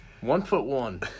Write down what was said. One-foot-one